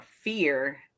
fear